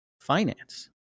finance